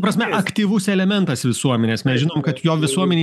prasme aktyvus elementas visuomenės mes žinom kad jo visuomenėj